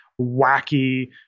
wacky